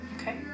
Okay